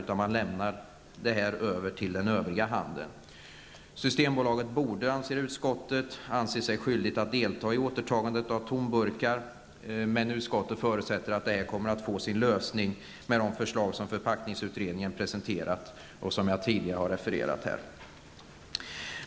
Man överlåter den hanteringen på den övriga handeln. Systembolaget borde enligt utskottet anse sig skyldigt att delta i återtagandet av tomburkar. Utskottet förutsätter emellertid att detta kommer att lösas med de förslag som förpackningsutredningen har presenterat. Dessa förslag har jag tidigare refererat här.